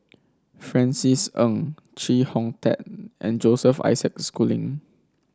Francis Ng Chee Hong Tat and Joseph Isaac Schooling